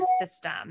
system